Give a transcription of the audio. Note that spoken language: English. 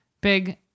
big